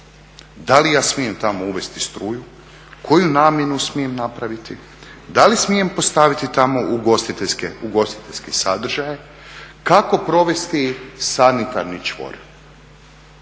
da li ja smijem tamo uvesti struju, koju namjenu smijem napraviti? Da li smijem postaviti tamo ugostiteljske sadržaje? Kako provesti sanitarni čvor?